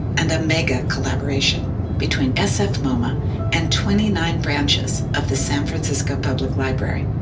and a mega collaboration between sfmoma and twenty nine branches of the san francisco public library.